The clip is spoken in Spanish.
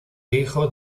hijo